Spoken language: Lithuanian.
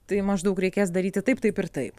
tai maždaug reikės daryti taip taip ir taip